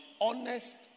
honest